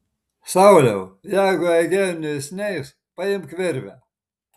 sauliau jeigu eugenijus neis paimk virvę